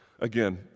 Again